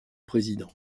président